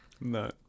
No